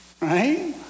Right